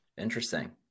interesting